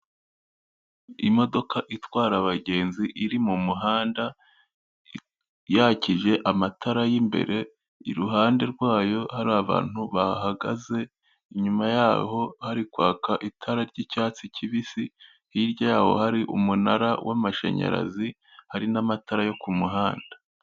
Imodoka itwara abagenzi iri mumuhanda yakije amatara yimbere iruhande rwayo hari abantu bahagaze inyuma yayo hari kwaka itara ry'icyatsi kibisi hirya yaho hari umunara w'amashanyarazi hari n'amatara yo ku kumuhanda.